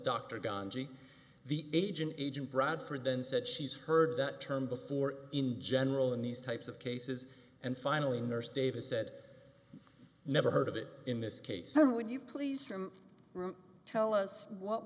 ganji the agent agent bradford then said she's heard that term before in general in these types of cases and finally nurse davis said never heard of it in this case some would you please from tell us what